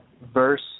verse